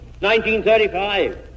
1935